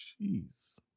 Jeez